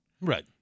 Right